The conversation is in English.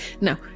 No